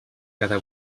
cada